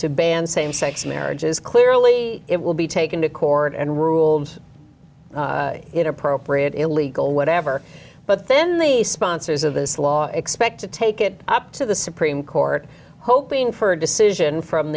to ban same sex marriages clearly it will be taken to court and ruled inappropriate illegal whatever but then the sponsors of this law expect to take it up to the supreme court hoping for a decision from